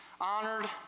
honored